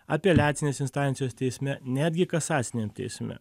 apeliacinės instancijos teisme netgi kasaciniame teisme